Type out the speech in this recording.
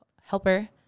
helper